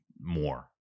more